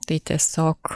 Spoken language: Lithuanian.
tai tiesiog